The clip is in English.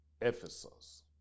Ephesus